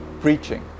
preaching